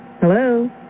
Hello